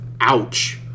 ouch